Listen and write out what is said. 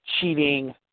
cheating